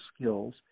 skills